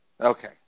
Okay